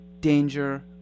danger